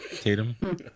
Tatum